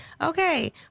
Okay